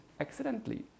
accidentally